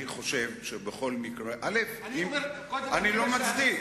אני חושב שבכל מקרה, אני לא מצדיק.